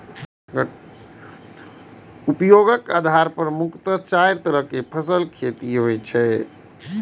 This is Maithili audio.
उपयोगक आधार पर मुख्यतः चारि तरहक फसलक खेती होइ छै